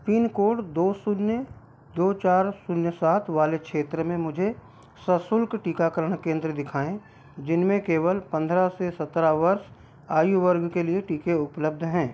pin code दो शून्य दो चार शून्य सात वाले क्षेत्र में मुझे सशुल्क टीकाकरण केंद्र दिखाएँ जिनमें केवल पंद्रह से सत्रह वर्ष आयु वर्ग के लिए टीके उपलब्ध हैं